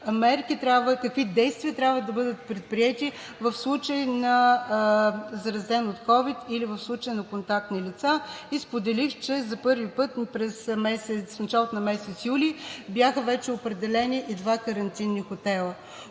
какви действия трябва да бъдат предприети в случай на заразен от ковид или в случай на контактни лица и споделих, че за първи път в началото на месец юли вече бяха определени и два карантинни хотела.